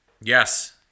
Yes